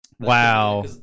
wow